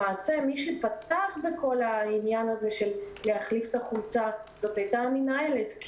למעשה מי שפתחה בכל העניין הזה של החלפת החולצה הייתה המנהלת.